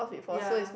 ya